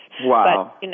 Wow